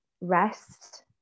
rest